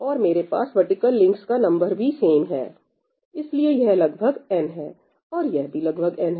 और मेरे पास वर्टिकल लिंक्स का नंबर भी सेंम है इसलिए यह लगभग n है और यह भी लगभग n है